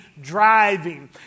driving